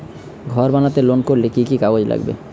ঘর বানাতে লোন করতে কি কি কাগজ লাগবে?